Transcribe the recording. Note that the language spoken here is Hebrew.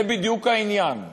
זה בדיוק העניין.